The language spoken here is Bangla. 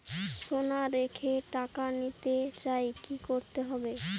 সোনা রেখে টাকা নিতে চাই কি করতে হবে?